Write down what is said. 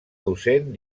docent